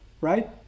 Right